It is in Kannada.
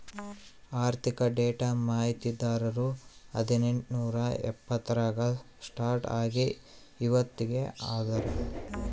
ಆರ್ಥಿಕ ಡೇಟಾ ಮಾಹಿತಿದಾರರು ಹದಿನೆಂಟು ನೂರಾ ಎಪ್ಪತ್ತರಾಗ ಸ್ಟಾರ್ಟ್ ಆಗಿ ಇವತ್ತಗೀ ಅದಾರ